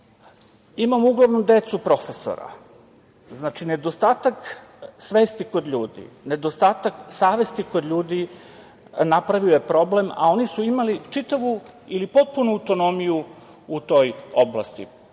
imamo uglavnom decu profesora. Znači, nedostatak svesti kod ljudi, nedostatak savesti kod ljudi napravio je problem, a oni su imali čitavu ili potpunu autonomiju u toj oblasti. Ja